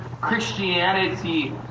Christianity